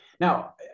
Now